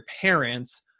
parents